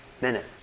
minutes